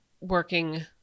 working